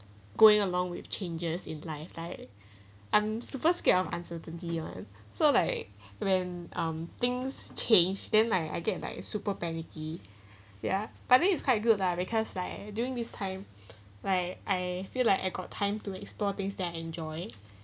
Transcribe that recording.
going along with changes in life like I'm super scared of uncertainty ah so like when um things change then like I get like very super panicky ya but then it's quite good lah because like during this time like I feel like I got time to explore things that I enjoy